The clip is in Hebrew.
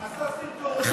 עשה סרטון, טרח, ושיקר.